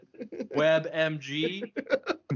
WebMG